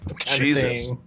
Jesus